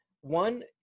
One